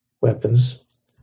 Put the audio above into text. weapons